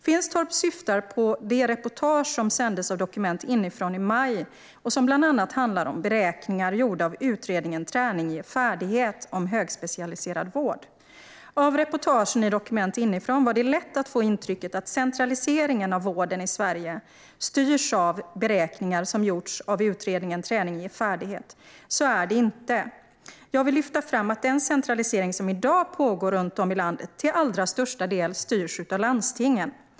Finstorp syftar på de reportage som sändes av Dokument inifrån i maj och som bland annat handlar om beräkningar gjorda i betänkandet Träning ger färdighet av Utredningen om högspecialiserad vård. Av reportagen i Dokument inifrån var det lätt att få intrycket att centraliseringen av vården i Sverige styrs av beräkningar som gjorts i utredningsbetänkandet Träning ger färdighet . Så är det inte. Jag vill lyfta fram att den centralisering som i dag pågår runt om i landet till allra största del styrs av landstingen.